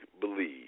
believe